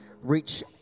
reach